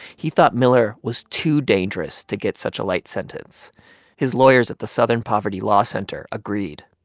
he thought miller was too dangerous to get such a light sentence his lawyers at the southern poverty law center agreed.